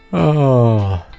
oh,